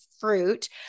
fruit